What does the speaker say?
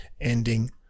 ending